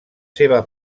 seva